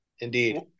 indeed